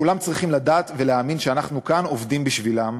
כולם צריכים לדעת ולהאמין שאנחנו כאן עובדים בשבילם,